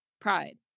pride